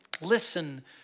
listen